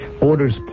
Orders